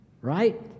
Right